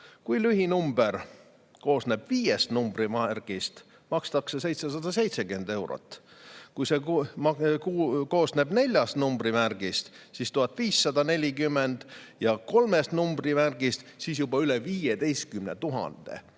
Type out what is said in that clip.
kui lühinumber koosneb viiest numbrimärgist, makstakse 770 eurot, kui see koosneb neljast numbrimärgist, siis 1540, ja kolmest numbrimärgist, siis juba üle 15 000.